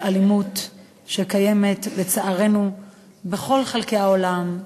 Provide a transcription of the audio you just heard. באלימות, שקיימת לצערנו בכל חלקי העולם,